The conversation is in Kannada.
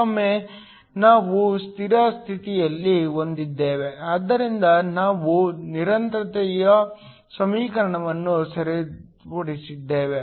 ಮತ್ತೊಮ್ಮೆ ನಾವು ಸ್ಥಿರ ಸ್ಥಿತಿಯನ್ನು ಹೊಂದಿದ್ದೇವೆ ಆದ್ದರಿಂದ ನಾವು ನಿರಂತರತೆಯ ಸಮೀಕರಣವನ್ನು ಸರಿಪಡಿಸಬಹುದು